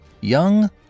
Young